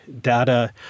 data